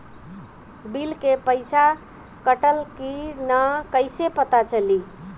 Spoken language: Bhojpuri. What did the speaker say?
बिल के पइसा कटल कि न कइसे पता चलि?